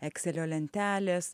ekselio lentelės